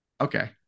Okay